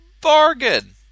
bargain